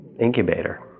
incubator